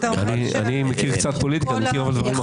אני מכיר קצת פוליטיקה, אני מכיר אבל דברים אחרים.